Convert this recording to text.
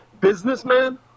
businessman